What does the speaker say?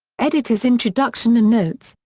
editor's introduction and notes,